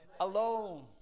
alone